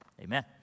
Amen